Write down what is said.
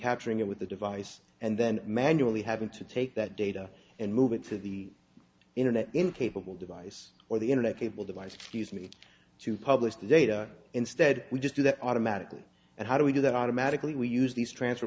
capturing it with the device and then manually having to take that data and move it to the internet incapable device or the internet cable device to use me to publish data instead we just do that automatically and how do we do that automatically we use these transfer